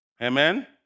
Amen